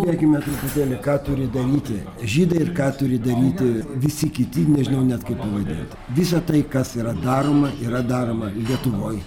turėkime truputėlį ką turi daryti žydai ir ką turi daryti visi kiti nežinau net kaip pavadint visa tai kas yra daroma yra daroma lietuvoj